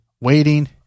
waiting